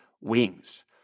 wings